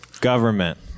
Government